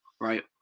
right